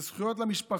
זה זכויות למשפחה,